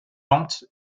lente